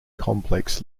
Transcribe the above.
complex